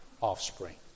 offspring